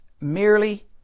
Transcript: merely